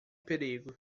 perigo